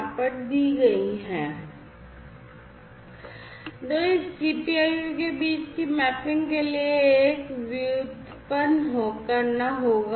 तो इस GPIO के बीच की मैपिंग के लिए एक व्युत्पन्न करना होगा